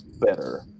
better